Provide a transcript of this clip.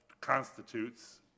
constitutes